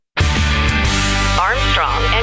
Armstrong